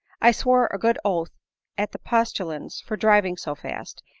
i swore a good oath at the postillions for driving so fast,